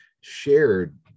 shared